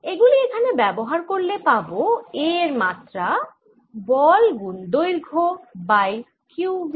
এগুলি এখানে ব্যবহার করলে পাবো A এর মাত্রা বল গুন দৈর্ঘ্য বাই q v